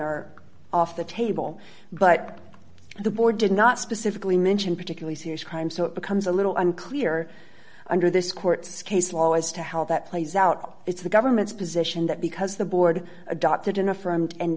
are off the table but the board did not specifically mention particularly serious crimes so it becomes a little unclear under this court's case law as to how that plays out it's the government's position that because the board adopted